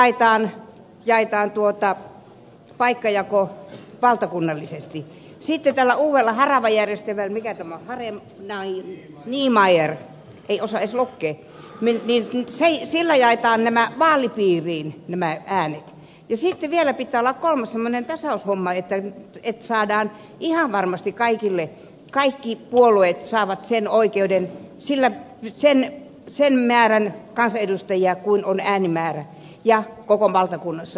dhondtin menetelmällä jaetaan paikkajako valtakunnallisesti sitten tällä uudella haravajärjestelmällä mikä tämä on hareniemeyer ei osaa edes lukea jaetaan vaalipiiriin nämä äänet ja sitten vielä pitää olla kolmas semmoinen tasaushomma että et saadaan ihan varmasti kaikille kaikki puolueet saavat sen määrän kansanedustajia kuin on äänimäärä koko valtakunnassa